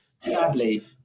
sadly